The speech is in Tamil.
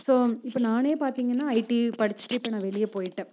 ஸோ இப்போ நானே பார்த்திங்கனா ஐடி படிச்சுட்டு இப்போது நான் வெளியே போய்ட்டேன்